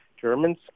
Germans